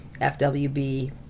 Fwb